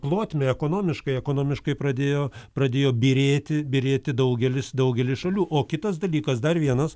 plotmę ekonomiškai ekonomiškai pradėjo pradėjo byrėti byrėti daugelis daugelis šalių o kitas dalykas dar vienas